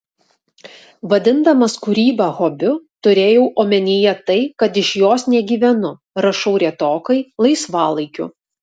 vadindamas kūrybą hobiu turėjau omenyje tai kad iš jos negyvenu rašau retokai laisvalaikiu